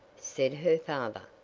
said her father.